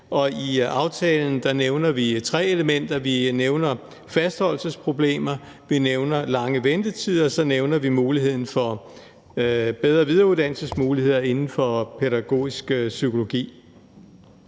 I aftalen nævner vi tre elementer: Vi nævner fastholdelsesproblemer, vi nævner lange ventetider, og så nævner vi bedre videreuddannelsesmuligheder inden for pædagogisk psykologi.